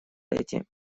эти